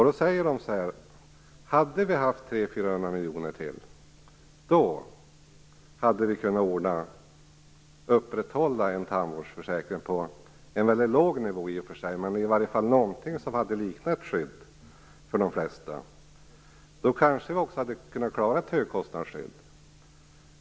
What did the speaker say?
De säger att om man hade haft 300-400 miljoner till hade man kunnat upprätthålla en tandvårdsförsäkring på en i och för sig mycket låg nivå. Det hade i alla fall varit någonting som hade liknat ett skydd för de flesta. Då hade vi kanske också kunnat klara ett högkostnadsskydd.